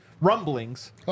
rumblings